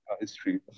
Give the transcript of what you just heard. history